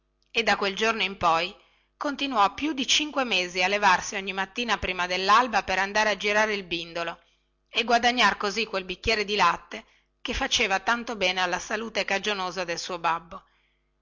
e da quel giorno in poi continuò più di cinque mesi a levarsi ogni mattina prima dellalba per andare a girare il bindolo e guadagnare così quel bicchiere di latte che faceva tanto bene alla salute cagionosa del suo babbo